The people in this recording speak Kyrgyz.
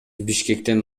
бишкектен